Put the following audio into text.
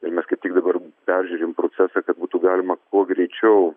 ir mes kaip tik dabar peržiūrim procesą kad būtų galima kuo greičiau